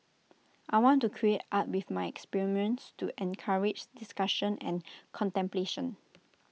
I want to create art with my experience to encourage discussion and contemplation